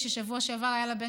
בשבוע שעבר נחשף